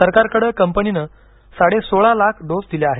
सरकारकडं कंपनीनं साडेसोळा लाख डोस दिले आहेत